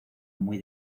muy